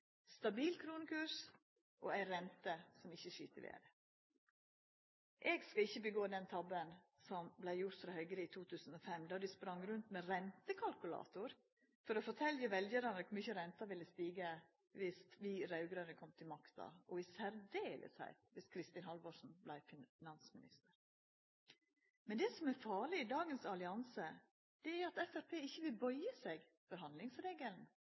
stabil kronekurs og ei rente som ikkje skyt i vêret. Eg skal ikkje gjera den tabben som vart gjord av Høgre i 2005 då dei sprang rundt med rentekalkulatorar for å fortelja veljarane kor mykje renta ville stiga dersom vi raud-grøne kom til makta, og særleg dersom Kristin Halvorsen vart finansminister. Det som er farleg i dagens allianse er at Framstegspartiet ikkje vil bøya seg for handlingsregelen,